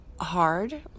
hard